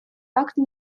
факты